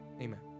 amen